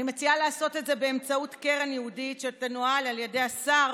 אני מציעה לעשות את זה באמצעות קרן ייעודית שתנוהל על ידי השר,